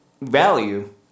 value